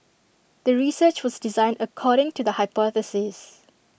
the research was designed according to the hypothesis